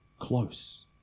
close